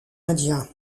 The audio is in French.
indien